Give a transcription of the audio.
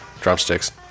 drumsticks